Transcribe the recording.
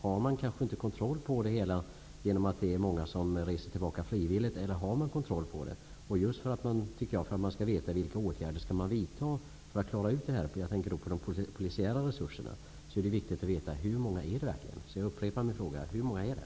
Har man kanske inte kontroll över detta, på grund av att många reser tillbaka frivilligt, eller har man kontroll över detta? Just för att man skall veta vilka åtgärder som skall vidtas för klara av detta -- jag tänker då på de polisiära resurserna -- är det viktigt att veta det verkligen är. Jag upprepar därför min fråga: Hur många är det?